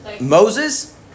Moses